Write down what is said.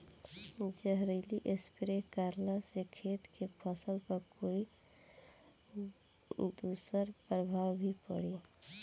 जहरीला स्प्रे करला से खेत के फसल पर कोई दुष्प्रभाव भी पड़ी?